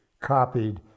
copied